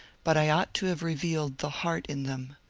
but i ought to have revealed the heart in them.